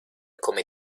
come